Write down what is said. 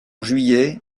juillet